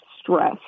stress